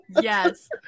Yes